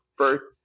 first